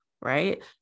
Right